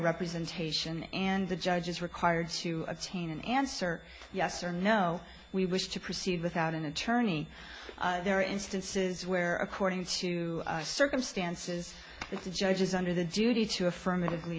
representation and the judge is required to obtain an answer yes or no we wish to proceed without an attorney there are instances where according to circumstances the judge is under the duty to affirmative